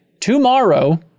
tomorrow